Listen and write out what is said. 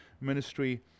ministry